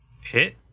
hit